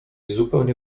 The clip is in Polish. zupełnie